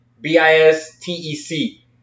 B-I-S-T-E-C